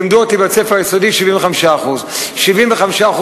לימדו אותי בבית הספר היסודי: 75%. 75%